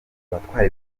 abatwara